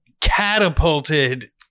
catapulted